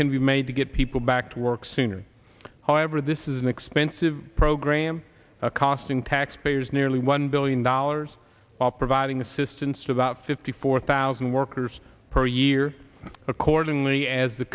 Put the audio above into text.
can be made to get people back to work sooner however this is an expensive program costing taxpayers nearly one billion dollars while providing assistance to about fifty four thousand workers per year accordingly as the